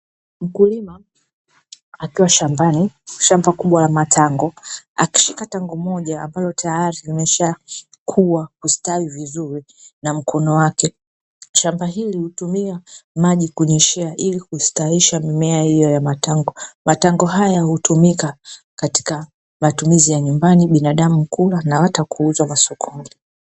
Mkulima akiwa shambani, shamba kubwa la matango akishikata ngumu moja ambalo tayari lishakuwa kustawi vizuri na mkono wake. Shamba hili hutumia maji kunyeshea ili kustawisha mimea hiyo ya matango. Matango haya hutumika katika matumizi ya nyumbani, binadamu hula na hata kuuza masokoni.